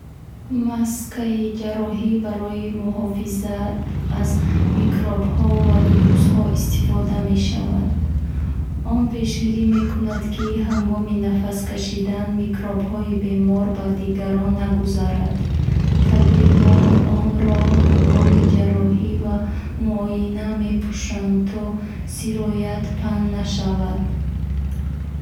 Маскаи ҷарроҳӣ барои муҳофизат аз микробҳо ва вирусҳо истифода мешавад. Он пешгирӣ мекунад ки нафас кашидан микробхои бемор ба дигарон нагузарад. Табибон онро ҳангоми ҷарроҳӣ ва муоина мепӯшанд то сироят паҳн нашавад.